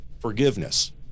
forgiveness